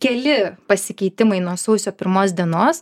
keli pasikeitimai nuo sausio pirmos dienos